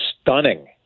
stunning